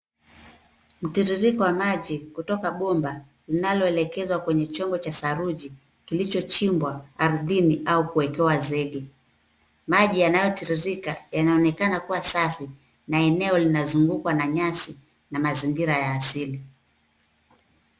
Mtiririko wa maji kutoka bomba linaloelekezwa kwenye chombo cha saruji kilichochimbwa ardhini au kuekewa zege. Maji yanayotiririka yanaonekana kuwa safi na eneo linazungukwa na nyasi na mazingira ya asili.